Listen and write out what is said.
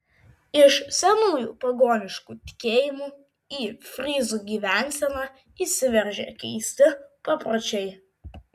iš senųjų pagoniškų tikėjimų į fryzų gyvenseną įsiveržė keisti papročiai